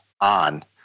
on